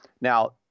Now